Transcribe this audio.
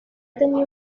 tenía